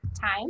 time